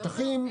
לא,